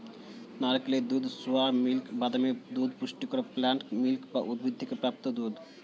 নারকেলের দুধ, soya milk, বাদামের দুধ পুষ্টিকর প্লান্ট মিল্ক বা উদ্ভিদ থেকে প্রাপ্ত দুধ